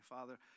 Father